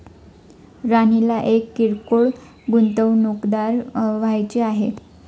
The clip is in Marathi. राणीला एक किरकोळ गुंतवणूकदार व्हायचे आहे